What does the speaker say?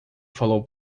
falou